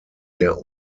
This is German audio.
der